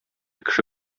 кеше